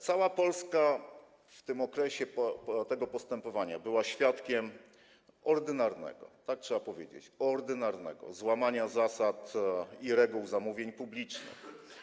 Cała Polska w okresie tego postępowania była świadkiem ordynarnego, tak trzeba powiedzieć, ordynarnego złamania zasad i reguł zamówień publicznych.